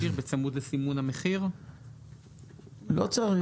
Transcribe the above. לא צריך.